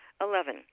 Eleven